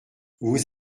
vous